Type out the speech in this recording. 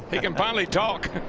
ah he can finally talk.